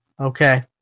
Okay